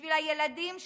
בשביל הילדים שלנו,